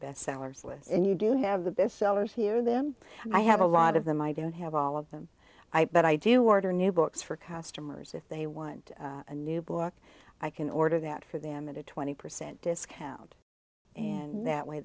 bestsellers list and you do have the bestsellers here them i have a lot of them i don't have all of them but i do order new books for customers if they want a new book i can order that for them at a twenty percent discount and that way